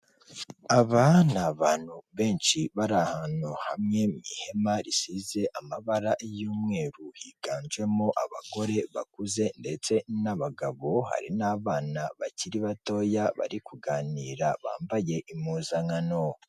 Aba ni abantu benshi bari ahantu hamwe mu ihema risize amabara y'umweru higanjemo abagore bakuze ndetse n'abagabo, hari n'abana bakiri batoya bari kuganira bambaye impuzankano.